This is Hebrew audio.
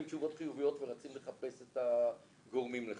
תשובות חיוביות ורצים לחפש את הגורמים לכך,